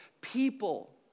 people